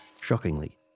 Shockingly